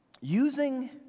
using